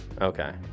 Okay